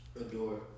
Adore